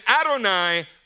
Adonai